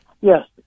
Yes